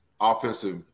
offensive